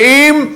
ואם,